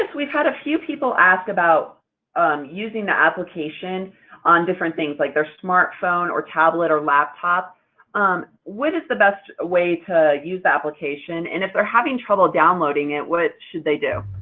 like we've had a few people ask about um using the application on different things like their smartphone or tablet or laptop what is the best way to use the application? and if they're having trouble downloading it, what should they do?